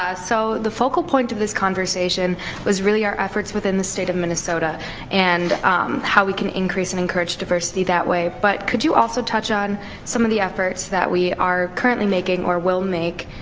ah so, the focal point of this conversation was really our efforts within the state of minnesota and how we can increase and encourage student diversity that way. but could you also touch on some of the efforts that we are currently making or will make